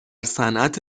صنعت